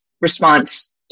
response